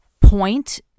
point